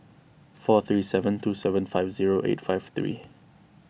four three seven two seven five zero eight five three